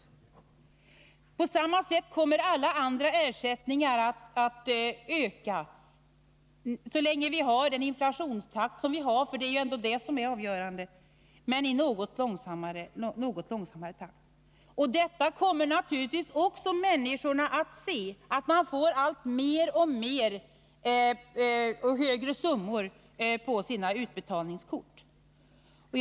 Torsdagen den På samma sätt kommer alla andra ersättningar att öka så länge vi har den 11 december 1980 inflationstakt som vi har — för det är ändå det som är avgörande — men i något långsammare takt. Människorna kommer naturligtvis också att märka att Besparingar i summorna på utbetalningskorten blir allt högre.